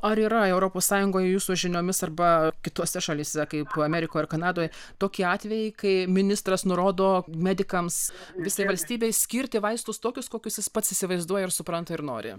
ar yra europos sąjungoj jūsų žiniomis arba kitose šalyse kaip amerikoj ar kanadoj tokie atvejai kai ministras nurodo medikams visai valstybei skirti vaistus tokius kokius jis pats įsivaizduoja ir supranta ir nori